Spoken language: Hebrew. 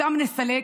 אותם נסלק,